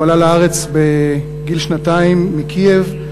הוא עלה לארץ בגיל שנתיים מקייב,